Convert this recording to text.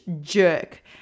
jerk